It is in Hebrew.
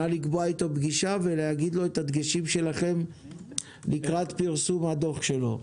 -- נא לקבוע איתו פגישה ולהגיד את הדגשים שלכם לקראת פרסום הדוח שלו.